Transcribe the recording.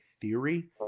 theory